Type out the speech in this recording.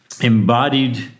embodied